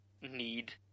need